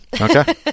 Okay